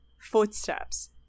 footsteps